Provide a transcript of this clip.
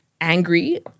angry